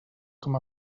com